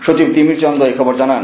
সচিব তিমির চন্দ এখবর জানান